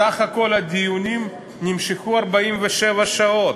סך כל הדיונים נמשכו 47 שעות.